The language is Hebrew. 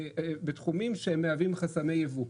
מזהמים כימיים,